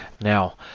Now